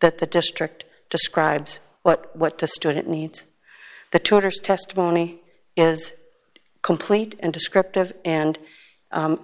that the district describes what what the student needs the tutors testimony is complete and descriptive and